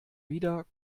wieder